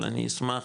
אבל אני אשמח